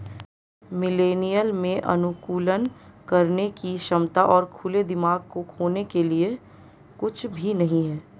millennial में अनुकूलन करने की क्षमता और खुले दिमाग को खोने के लिए कुछ भी नहीं है